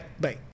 Bye